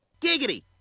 Giggity